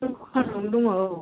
दखान आवनो दङ औ